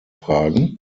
fragen